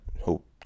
Hope